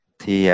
thì